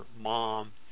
mom